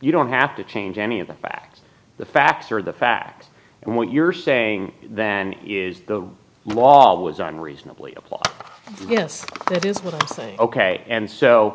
you don't have to change any of the facts the facts or the facts and what you're saying than is the law was on reasonably apply yes that is what i'm saying ok and so